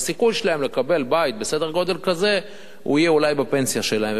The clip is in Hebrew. והסיכוי שלהם לקבל בית בסדר-גודל כזה יהיה אולי בפנסיה שלהם.